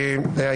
רוויזיה.